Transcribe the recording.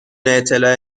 اطلاع